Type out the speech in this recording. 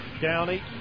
Downey